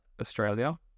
Australia